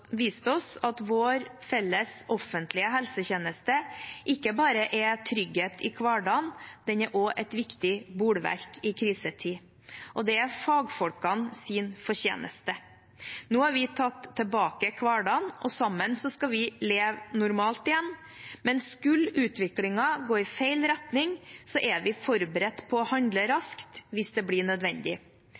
vår felles offentlige helsetjeneste ikke bare er trygghet i hverdagen, den er også et viktig bolverk i krisetid, og det er fagfolkenes fortjeneste. Nå har vi tatt tilbake hverdagen, og sammen skal vi leve normalt igjen. Men skulle utviklingen gå i feil retning, er vi forberedt på å handle raskt hvis det blir nødvendig.